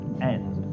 end